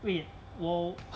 wait 我